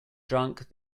drunk